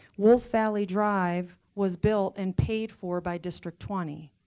wolf valley drive was built and paid for by district twenty.